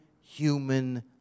human